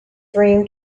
dream